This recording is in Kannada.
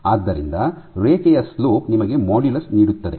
ಆದ್ದರಿಂದ ರೇಖೆಯ ಸ್ಲೋಪ್ ನಿಮಗೆ ಮಾಡ್ಯುಲಸ್ ನೀಡುತ್ತದೆ